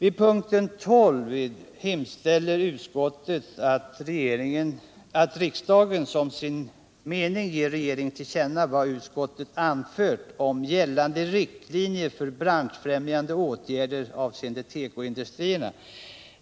I punkten 12 hemställer utskottet att riksdagen som sin mening ger till känna vad utskottet anfört om gällande riktlinjer för de branschfrämjande åtgärderna avseende tekoindustrierna.